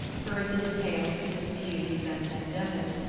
heard the details of its feuds and vendettas,